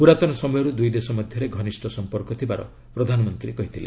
ପୁରାତନ ସମୟରୁ ଦୁଇ ଦେଶ ମଧ୍ୟରେ ଘନିଷ୍ଠ ସମ୍ପର୍କ ଥିବାର ପ୍ରଧାନମନ୍ତ୍ରୀ କହିଥିଲେ